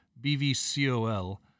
b-v-c-o-l